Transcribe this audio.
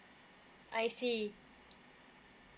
I see